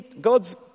God's